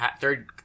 third